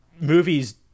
movie's